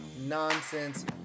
Nonsense